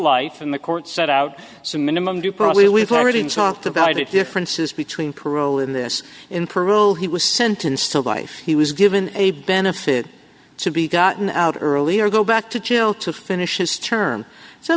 life in the court set out some minimum to probably we've already talked about it differences between parole in this in parole he was sentenced to life he was given a benefit to be gotten out earlier go back to chill to finish his term so